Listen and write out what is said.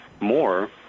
More